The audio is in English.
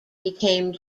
became